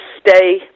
stay